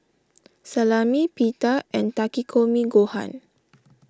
Salami Pita and Takikomi Gohan